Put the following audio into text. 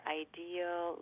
ideal